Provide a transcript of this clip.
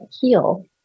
heal